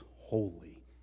holy